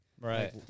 Right